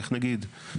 איך נגיד,